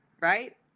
Right